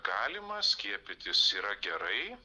galima skiepytis yra gerai